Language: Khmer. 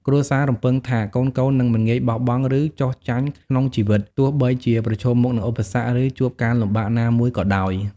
គ្រួសាររំពឹងថាកូនៗនឹងមិនងាយបោះបង់ ឬចុះចាញ់ក្នុងជីវិត ទោះបីជាប្រឈមមុខនឹងឧបសគ្គ ឬជួបការលំបាកណាមួយក៏ដោយ។